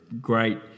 Great